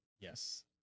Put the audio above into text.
Yes